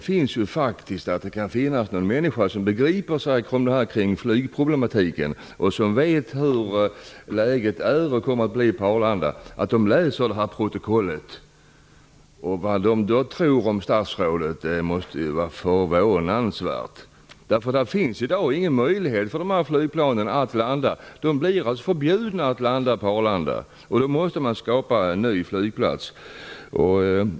Det finns faktiskt en risk att människor som begriper detta med flygproblematiken och som vet hur läget är och kommer att bli på Arlanda läser detta protokoll. Vad kommer de då att tro om statsrådet? De måste bli förvånande. I dag finns det nämligen ingen möjlighet för dessa flygplan att landa. De förbjuds att landa på Arlanda. Då måste man skapa en ny flygplats. Herr talman!